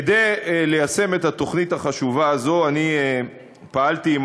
כדי ליישם את התוכנית החשובה הזאת אני פעלתי עם